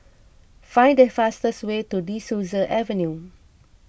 find the fastest way to De Souza Avenue